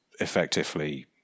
effectively